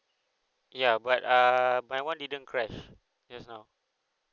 ya but err my one didn't crash just now